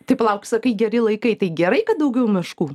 tai palauk sakai geri laikai tai gerai kad daugiau meškų